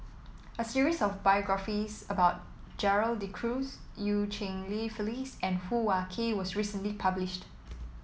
a series of biographies about Gerald De Cruz Eu Cheng Li Phyllis and Hoo Ah Kay was recently published